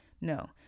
No